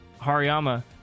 Hariyama